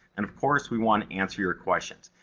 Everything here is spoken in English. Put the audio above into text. and of course, we want to answer your questions.